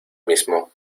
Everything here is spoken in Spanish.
mismo